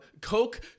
Coke